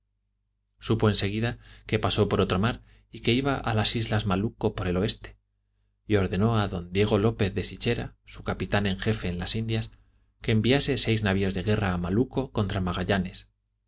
supo eri seguida que pasó por otro mar y que iba a las islas malucco por el oeste y ordenó a d diego lópez de sichera su capitán en jefe en las indias que enviase seis navios de guerra a malucco contra magallanes